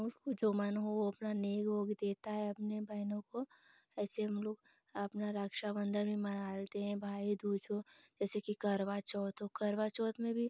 उसको जो मन हो वह अपना नेग उग देता है अपनी बहनों को ऐसे हमलोग अपना रक्षाबन्धन भी मना लेते हैं भाई दूज हो जैसे कि करवा चौथ हो करवा चौथ में भी